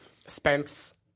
Spence